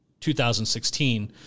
2016